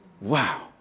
Wow